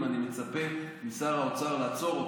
אני מצפה משר האוצר לעצור אותה.